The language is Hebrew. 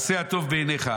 עשה הטוב בעיניך,